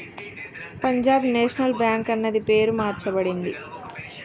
Punjab National Bank అన్నది పేరు మార్చబడింది